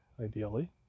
ideally